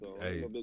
hey